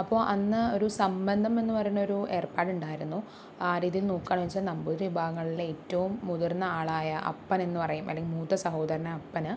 അപ്പോൾ അന്ന് ഒരു സംബന്ധം എന്ന് പറയുന്ന ഒരു ഏര്പ്പാടുണ്ടായിരുന്നു ആ രീതിയിൽ നോക്കാണെന്ന് വെച്ചാൽ നമ്പൂതിരി വിഭാഗങ്ങളിലെ ഏറ്റവും മുതിര്ന്ന ആളായ അപ്പനെന്ന് പറയും അല്ലെങ്കില് മൂത്ത സഹോദരനെ അപ്പന്